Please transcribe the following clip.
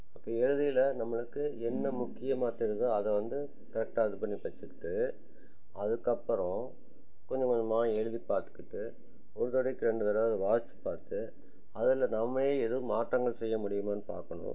அப்போ எழுதயில் நம்மளுக்கு என்ன முக்கியமாக தெரிதோ அதை வந்து கரெக்டாக இது பண்ணி வச்சிக்கிட்டு அதுக்கப்புறம் கொஞ்ச கொஞ்சமாக எழுதி பார்த்துக்கிட்டு ஒரு தடவைக்கு ரெண்டு தடவை அதை வாஸ்ச்சு பார்த்து அதில் நம்மளே எதும் மாற்றங்கள் செய்ய முடியுமான்னு பார்க்கணும்